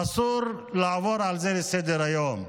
אסור לעבור על זה לסדר-היום.